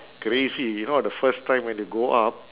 crazy you know the first time when you go up